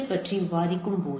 L பற்றி விவாதிக்கும்போது